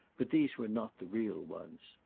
but these were not the real ones.